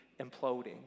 imploding